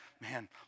Man